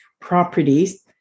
properties